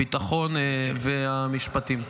הביטחון והמשפטים.